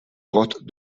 grottes